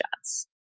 shots